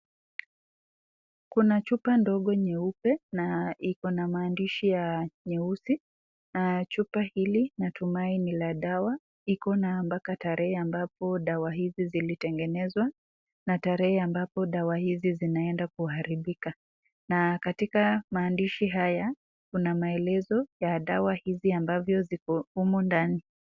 Kuna chupa ndogo nyeupe na iko na maandishi ya nyeusi, chupa hili natumai ni la dawa, iko na mpaka tarehe ambapo dawa hizi zilitengenezwa na tarehe ambapo dawa hizi zinaenda kuharibika, na katika maandishi haya kuna maelezo ya dawa hii ambavyo ziko humu ndani.